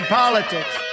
politics